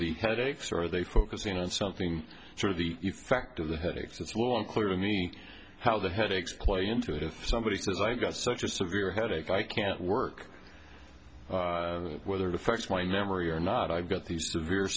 the headaches or are they focusing on something sort of the effect of the headaches it's long clear to me how the headaches play into it if somebody says i got such a severe headache i can't work whether it affects my memory or not i've got these severe